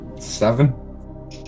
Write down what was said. Seven